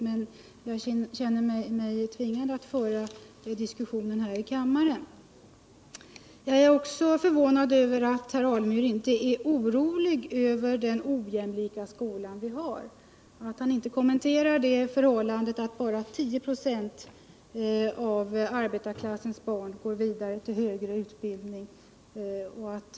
Jag känner mig nu tvingad att föra diskussionen här i kammaren. Jag är förvånad över att herr Alemyr inte är oroad av den ojämlika skola vi har och att han inte kommenterar det förhållandet att bara 10 96 av arbetarklassens barn går vidare till högre utbildning.